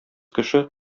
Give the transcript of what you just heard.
кеше